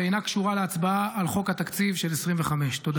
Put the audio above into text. אינה קשורה להצבעה על חוק התקציב של 2025. שקר.